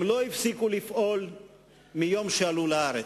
הם לא הפסיקו לפעול מיום שעלו לארץ.